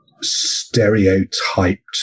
stereotyped